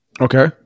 Okay